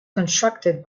constructed